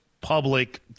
public